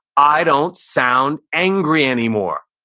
i don't sound angry anymore.